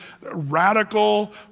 radical